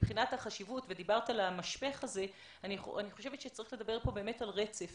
דיברת על המשפך ואני חושבת שצריך לדבר על רצף.